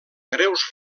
greus